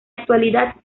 actualidad